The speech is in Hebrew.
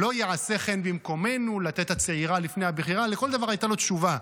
"לא יֵעשה כן במקומנו לתת הצעירה לפני הבכירה" לכל דבר הייתה לו תשובה.